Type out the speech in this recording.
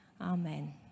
Amen